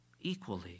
equally